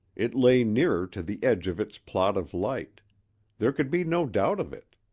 it lay nearer to the edge of its plot of light there could be no doubt of it.